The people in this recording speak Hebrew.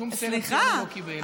שום סרט ציוני לא קיבל.